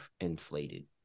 inflated